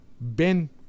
Ben